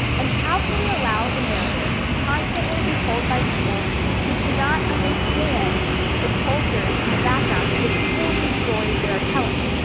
and how can we allow the narrative to constantly be told by people who do not understand the cultures and the background of the people whose stories they are telling?